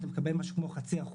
אתה מקבל משהו כמו 0.5%,